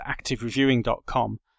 activereviewing.com